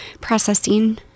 processing